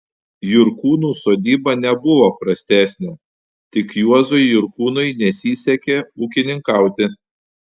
jurkūnų sodyba nebuvo prastesnė tik juozui jurkūnui nesisekė ūkininkauti